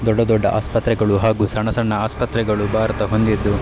ದೊಡ್ಡ ದೊಡ್ಡ ಆಸ್ಪತ್ರೆಗಳು ಹಾಗು ಸಣ್ಣ ಸಣ್ಣ ಆಸ್ಪತ್ರೆಗಳು ಭಾರತ ಹೊಂದಿದ್ದು